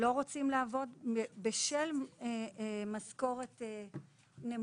ולא מעוניינים לעבוד בשירותי הרווחה בשל המשכורת הנמוכה.